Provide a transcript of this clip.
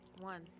One